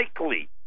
likely